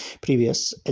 previous